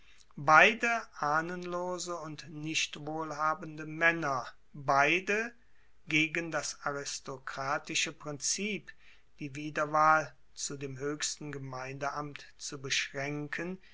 beide ahnenlose und nichtwohlhabende maenner beide gegen das aristokratische prinzip die wiederwahl zu dem hoechsten gemeindeamt zu beschraenken